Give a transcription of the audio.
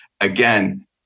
Again